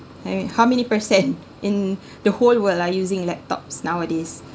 and how many percent in the whole world are using laptops nowadays